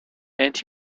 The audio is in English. and